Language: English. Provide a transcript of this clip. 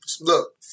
Look